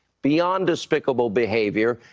beyond despicable behavior.